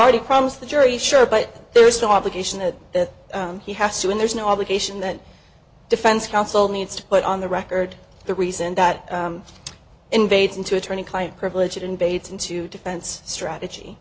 already promised the jury sure but there's no obligation to the he has to and there's no obligation that defense counsel needs to put on the record the reason that invades into attorney client privilege it invades into defense strategy